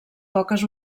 poques